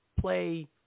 play